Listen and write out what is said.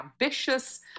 ambitious